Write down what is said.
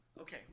Okay